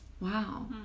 Wow